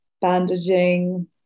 bandaging